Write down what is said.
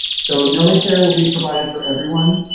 so nellie care will be provided for everyone,